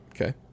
Okay